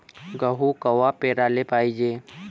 गहू कवा पेराले पायजे?